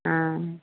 हँ